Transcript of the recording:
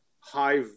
high